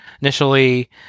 initially